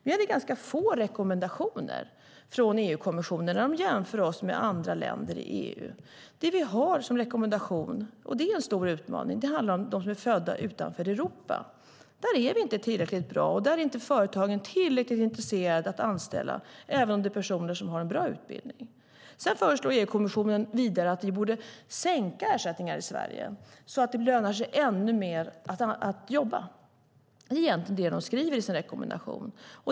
Vi hade ganska få rekommendationer från EU-kommissionen när de jämför oss med andra länder i EU. Det vi har som rekommendation, och det är en stor utmaning, handlar om de personer som är födda utanför Europa. Där är vi inte tillräckligt bra. Där är inte företagen tillräckligt intresserade av att anställa, även om det är personer som har en bra utbildning. Vidare föreslår EU-kommissionen att vi borde sänka ersättningar i Sverige så att det lönar sig ännu mer att jobba. Det är egentligen det de skriver i sin rekommendation.